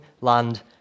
land